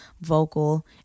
vocal